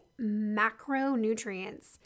macronutrients